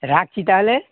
রাখছি তাহলে